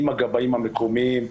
עם הגבאים המקומיים,